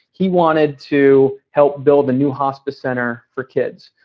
he wanted to help build a new hospice center for kids.